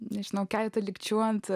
nežinau keletą lygčių ant